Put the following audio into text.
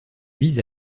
vise